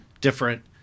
different